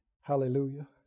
hallelujah